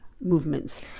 movements